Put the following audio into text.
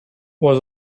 was